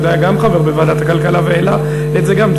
היה חבר בוועדת הכלכלה והעלה את זה גם.